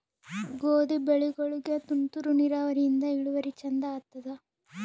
ಗೋಧಿ ಬೆಳಿಗೋಳಿಗಿ ತುಂತೂರು ನಿರಾವರಿಯಿಂದ ಇಳುವರಿ ಚಂದ ಆತ್ತಾದ?